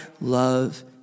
love